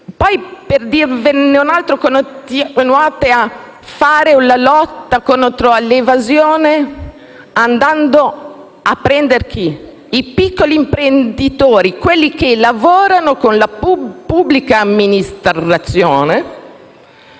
Poi, per dirne un'altra, continuate a fare la lotta contro l'evasione, andando a prendere chi? I piccoli imprenditori, quelli che lavorano con la pubblica amministrazione,